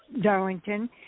Darlington